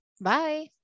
bye